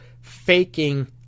faking